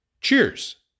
Cheers